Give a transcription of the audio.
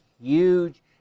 huge